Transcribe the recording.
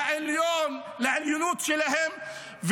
לעליונות שלהם,